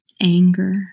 anger